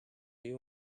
you